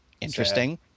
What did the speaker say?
Interesting